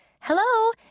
Hello